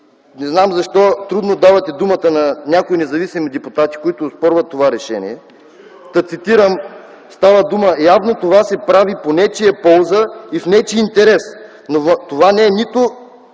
не знам защо трудно давате думата на някои независими депутати, които оспорват това решение. Та, цитирам: „Явно това се прави по нечия полза и в нечий интерес, но това не е нито